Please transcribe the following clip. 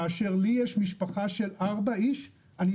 כאשר יש משפחה של ארבעה אנשים שמבקשת